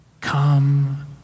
Come